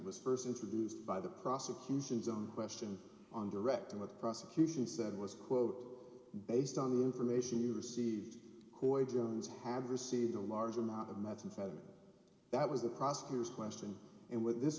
was first introduced by the prosecution's own question on direct and the prosecution said it was quote based on the information you received or jones have received a large amount of methamphetamine that was the prosecutor's question and with this